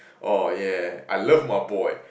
oh yeah I love my boy